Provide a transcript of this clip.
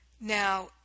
Now